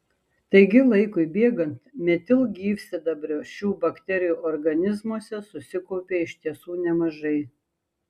taigi laikui bėgant metilgyvsidabrio šių bakterijų organizmuose susikaupia iš tiesų nemažai